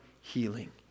healing